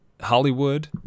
Hollywood